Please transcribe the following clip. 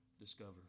discover